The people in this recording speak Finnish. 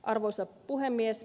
arvoisa puhemies